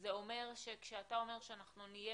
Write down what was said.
זה אומר שכשאתה אומר שאנחנו נהיה